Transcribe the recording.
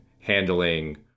handling